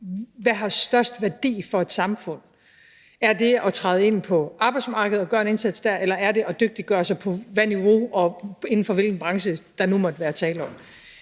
der har størst værdi for et samfund – om det er at træde ind på arbejdsmarkedet og gøre en indsats dér, eller om det er at dygtiggøre sig, på hvilket niveau og inden for hvilken branche der nu måtte være tale om